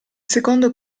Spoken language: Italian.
secondo